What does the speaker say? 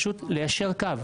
פשוט ליישר קו.